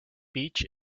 beach